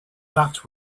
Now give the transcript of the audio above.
that